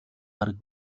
бараг